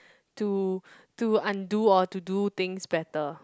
to to undo or to do things better